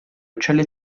uccelli